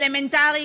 אלמנטרי,